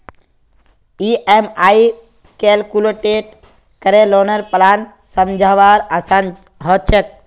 EMI calculate करे लौनेर plan समझवार आसान ह छेक